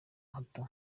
hato